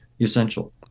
essential